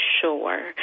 sure